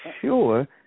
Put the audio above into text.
sure